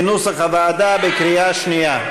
כנוסח הוועדה, בקריאה שנייה.